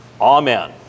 Amen